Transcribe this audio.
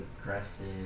aggressive